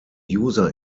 user